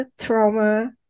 trauma